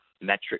metric